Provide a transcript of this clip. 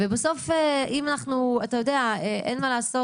אין מה לעשות,